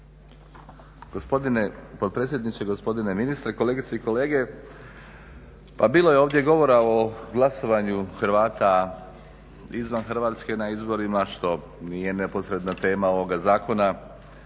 Gospodine potpredsjedniče i gospodine ministre, kolegice i kolege. Pa bilo je ovdje govora o glasovanju Hrvata izvan Hrvatske na izborima što nije neposredna tema ovoga zakona,